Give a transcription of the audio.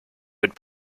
would